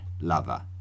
lover